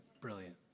brilliant